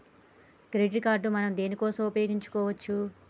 Credit card మనం దేనికోసం ఉపయోగించుకోవచ్చు?